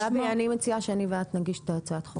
גבי, אני מציעה שאני ואת נגיש את הצעת החוק.